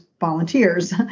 volunteers